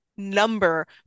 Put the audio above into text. number